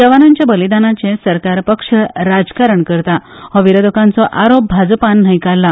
जवानाच्या बलिदानाचें सरकार पक्ष राजकारण करता हो विरोधकांचो आरोप भाजपान न्हयकाल्ला